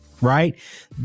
Right